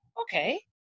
okay